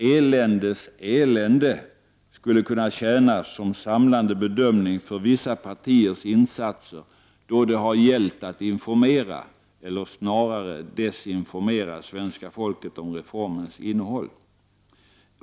Eländes elände skulle kunna tjäna som samlande bedömning för vissa partiers insatser då det gällt att informera, eller snarare, desinformera svenska folket om reformens innehåll.